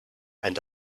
and